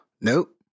Nope